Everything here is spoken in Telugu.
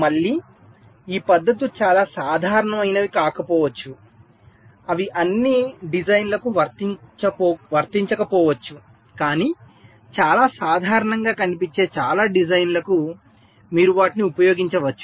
మళ్ళీ ఈ పద్ధతులు చాలా సాధారణమైనవి కాకపోవచ్చు అవి అన్ని డిజైన్లకు వర్తించకపోవచ్చు కానీ చాలా సాధారణంగా కనిపించే చాలా డిజైన్లకు మీరు వాటిని ఉపయోగించవచ్చు